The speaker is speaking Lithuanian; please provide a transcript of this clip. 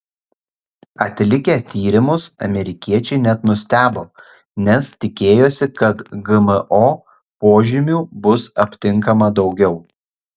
atlikę tyrimus amerikiečiai net nustebo nes tikėjosi kad gmo požymių bus aptinkama daugiau